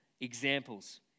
examples